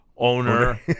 Owner